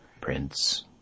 prince